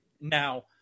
Now